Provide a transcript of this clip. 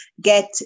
get